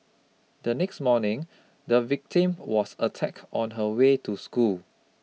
the next morning the victim was attack on her way to school